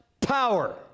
power